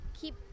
keep